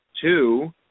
two